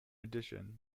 addition